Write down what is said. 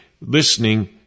listening